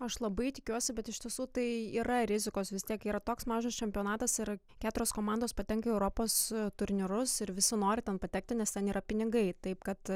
aš labai tikiuosi bet iš tiesų tai yra rizikos vis tiek yra toks mažas čempionatas ir keturios komandos patenka į europos turnyrus ir visi nori ten patekti nes ten yra pinigai taip kad